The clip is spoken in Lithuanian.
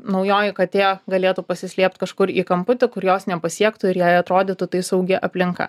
naujoji katė galėtų pasislėpt kažkur į kamputį kur jos nepasiektų ir jai atrodytų tai saugi aplinka